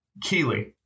Keely